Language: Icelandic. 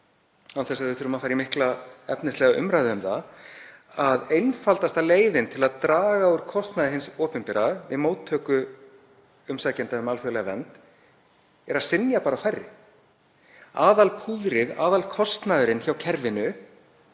án þess að við þurfum að fara í mikla efnislega umræðu um það, að einfaldasta leiðin til að draga úr kostnaði hins opinbera við móttöku umsækjenda um alþjóðlega vernd er að synja einfaldlega færri. Aðalpúðrið, aðalkostnaðurinn, hjá kerfinu